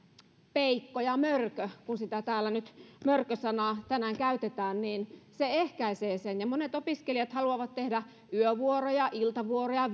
peikko ja mörkö kun täällä nyt mörkö sanaa tänään käytetään että se ehkäisee sen kun monet opiskelijat haluavat tehdä yövuoroja iltavuoroja